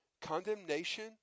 Condemnation